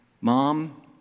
mom